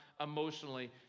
emotionally